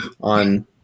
on